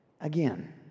Again